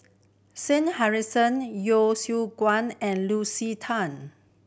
Shah Hussain Yeo Siak Goon and Lucy Tan